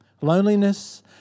Loneliness